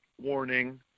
warning